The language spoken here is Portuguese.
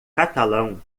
catalão